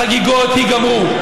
החגיגות ייגמרו,